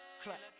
clap